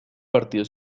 partido